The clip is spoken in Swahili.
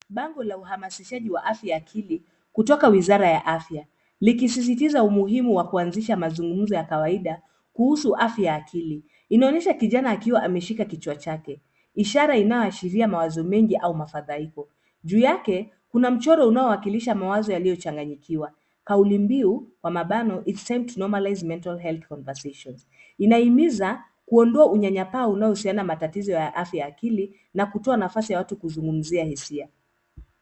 Bango la uhamasishaji wa afya ya akili kutoka wizara ya afya likisisitiza umuhimu wa kuanzisha mazungumzo ya kawaida kuhusu afya ya akili. Inaonyesha kijana akiwa ameshika kichwa chake, ishara inayoashiria mawazo mengi au mafadhahiko. Juu yake, kuna mchoro unaowakilisha mawazo yaliochanganyikiwa kauli mbiu kwa mabano It's Time To Normalize Mental Health Conversations . Inahimiza kuondoa unyanyapaa unaohusiana na matatizo ya afya ya akili na kutoa nafasi ya watu kuzungumzia hisia.